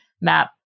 map